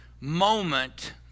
moment